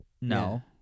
No